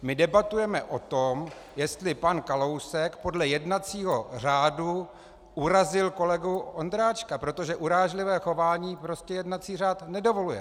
My debatujeme o tom, jestli pan Kalousek podle jednacího řádu urazil kolegu Ondráčka, protože urážlivé chování prostě jednací řád nedovoluje.